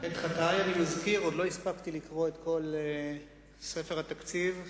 את חטאי אני מזכיר: עוד לא הספקתי לקרוא את כל ספר התקציב.